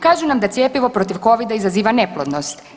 Kažu nam da cjepivo protiv covida izaziva neplodnost.